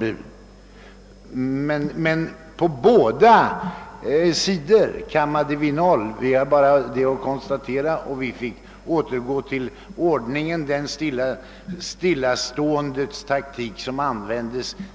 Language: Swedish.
Vi kunde bara konstatera att vi inte hade någon framgång på något håll och fick återgå till den stillatigandets taktik